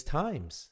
times